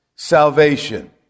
Salvation